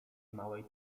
małej